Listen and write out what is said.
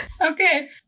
Okay